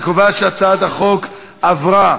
אני קובע שהצעת החוק עברה,